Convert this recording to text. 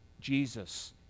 Jesus